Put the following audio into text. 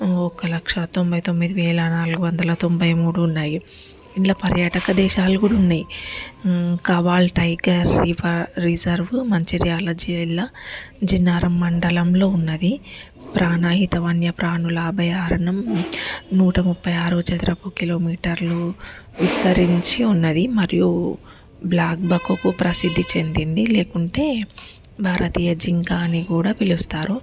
ఒక లక్షా తొంభై తొమ్మిది వేల నాలుగు వందల తొంభై మూడు ఉన్నాయి ఇందులో పర్యాటక దేశాలు కూడా ఉన్నాయి Kawal tiger river reserve Mancherial జిల్లా జిన్నారం మండలంలో ఉన్నది ప్రాణాహితవాన్య ప్రాణుల అభయ దారుణం నూట ముప్పై ఆరు చదరపు కిలోమీటర్లు విస్తరించి ఉన్నది మరియు బ్లాక్ బకోకు ప్రసిద్ధి చెందింది లేకుంటే భారతీయ జింక అని కూడా పిలుస్తారు